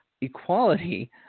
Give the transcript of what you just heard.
equality